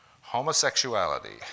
Homosexuality